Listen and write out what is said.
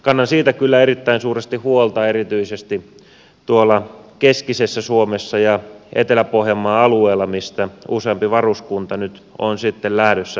kannan siitä kyllä erittäin suuresti huolta erityisesti tuolla keskisessä suomessa ja etelä pohjanmaan alueella mistä useampi varuskunta nyt on lähdössä pois